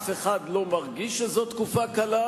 אף אחד לא מרגיש שזאת תקופה קלה,